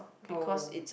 oh